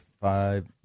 five